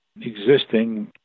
existing